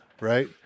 Right